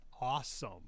Awesome